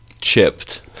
chipped